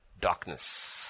darkness